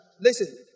Listen